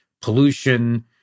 pollution